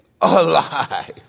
alive